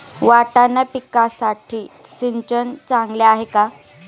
वाटाणा पिकासाठी सिंचन चांगले आहे का?